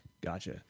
Gotcha